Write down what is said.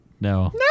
no